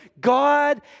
God